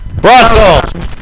Brussels